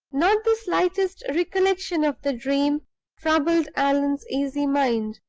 not the slightest recollection of the dream troubled allan's easy mind.